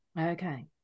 Okay